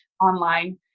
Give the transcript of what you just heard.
online